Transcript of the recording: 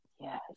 Yes